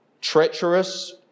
treacherous